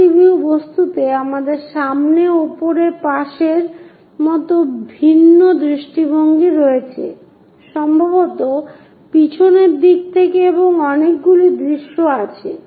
multi view বস্তুতে আমাদের সামনে উপরে পাশের মত ভিন্ন দৃষ্টিভঙ্গি রয়েছে সম্ভবত পিছনের দিক থেকে এবং অনেকগুলি দৃশ্য আছে